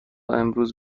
امروز